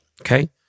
okay